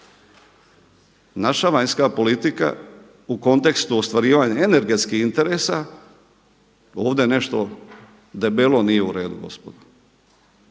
Naša vanjska politika u kontekstu ostvarivanja energetskih interesa ovdje nešto debelo nije u redu gospodo.